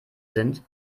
sind